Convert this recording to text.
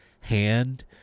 hand